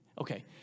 Okay